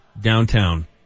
downtown